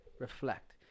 Reflect